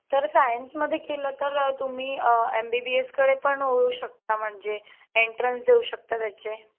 तर सायन्समध्ये केलं तर तुम्ही एम बी बी एसकडे पण वळू शकता म्हणजे एंट्रन्स देऊ शकता त्याचे